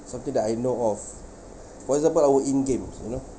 something that I know of for example I were in game you know